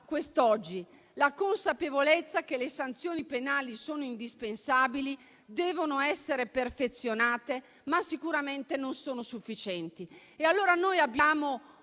quest'Aula la consapevolezza che le sanzioni penali sono indispensabili, devono essere perfezionate, ma sicuramente non sono sufficienti. Abbiamo